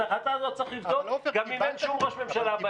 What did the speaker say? את ההחלטה הזאת צריך לבדוק גם אם אין שום ראש ממשלה בעסק.